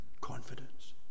Confidence